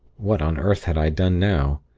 what on earth had i done now!